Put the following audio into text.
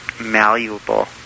malleable